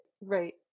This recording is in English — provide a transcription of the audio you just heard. Right